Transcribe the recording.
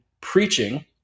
preaching